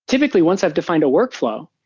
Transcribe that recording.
typically, once i've defined a workflow,